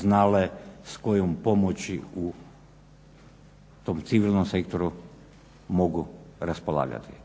znale s kojom pomoći u tom civilnom sektoru mogu raspolagati.